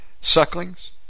sucklings